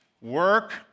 work